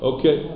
Okay